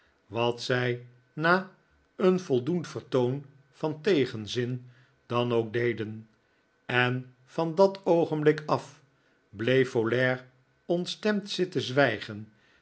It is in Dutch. wat zij na een voldoend vertoon van tegenzin dan ook deden en van dat oogenblik af bleef folair ontstemd zitten zwijgen